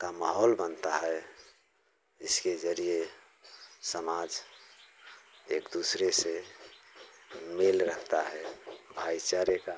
का माहौल बनता है इसके जरिए समाज एक दूसरे से मेल रहता है भाई चारे का